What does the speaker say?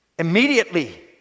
Immediately